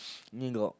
need knock